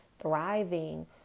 thriving